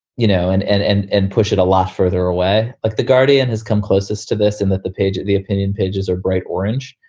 you know, and and and and push it a lot further away, like the guardian has come closest to this and that the page, the opinion pages are bright orange.